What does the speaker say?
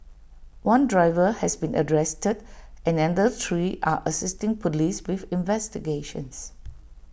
one driver has been arrested and another three are assisting Police with investigations